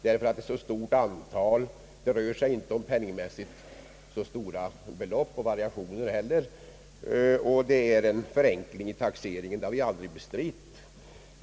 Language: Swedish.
Det gäller ett stort antal villaägare, det rör sig inte heller penningmässigt om så stora belopp och variationer och det innebär en förenkling i taxeringen. Detta har vi aldrig bestritt.